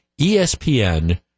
ESPN